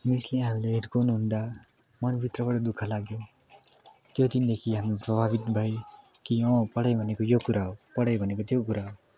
मिसले हामीलाई हिर्कउनुहुँदा मनभित्रबाट दु ख लाग्यो त्यो दिनदेखि हामी प्रभावित भए कि अँ पढाइ भनेको यो कुरा हो पढाइ भनेको त्यो कुरा हो